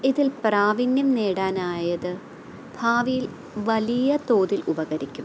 ഇതിൽ പ്രാവിണ്യം നേടാനായത് ഭാവിയിൽ വലിയതോതിൽ ഉപകരിക്കും